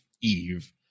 eve